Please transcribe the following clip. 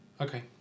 okay